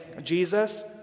Jesus